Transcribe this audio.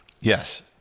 Yes